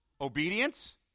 obedience